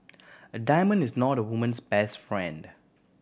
a diamond is not a woman's best friend